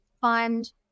find